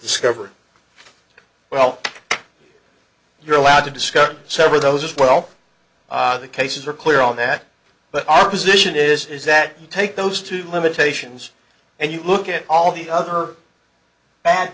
discovered well you're allowed to discuss sever those as well the cases are clear on that but our position is that you take those two limitations and you look at all the other